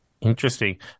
Interesting